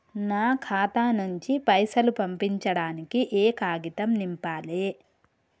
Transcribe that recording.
నా ఖాతా నుంచి పైసలు పంపించడానికి ఏ కాగితం నింపాలే?